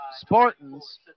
Spartans